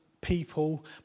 people